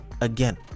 again